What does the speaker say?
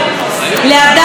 להדס,